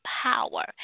power